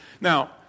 Now